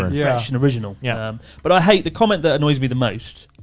ah yeah fresh, and original. yeah but i hate the comment that annoys me the most,